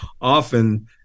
often